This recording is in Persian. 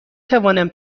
توانم